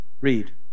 read